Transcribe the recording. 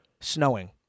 Snowing